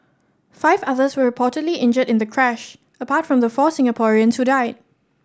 five others were reportedly injured in the crash apart from the four Singaporeans who died